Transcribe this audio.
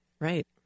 right